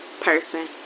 person